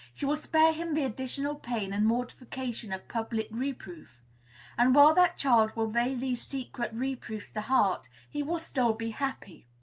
she will spare him the additional pain and mortification of public reproof and, while that child will lay these secret reproofs to heart, he will still be happy.